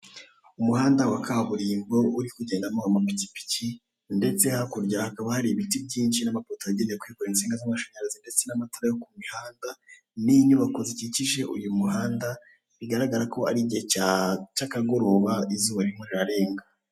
Umuhanda wa kaburimbo uri kugendamo amapikipiki, ndetse hakurya hakaba hari ibiti byinshi, n'amapoto yagenewe kwikorera insinga z'amashinyarazi, ndetse n'amatara yo ku mihanda, n'inyubako zikikije uyu muhanda, bigaragare ko ari igihe cy'akagoroba izuba ririmo rirarenga.